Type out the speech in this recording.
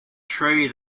tree